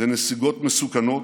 לנסיגות מסוכנות,